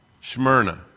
Smyrna